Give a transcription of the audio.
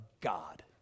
God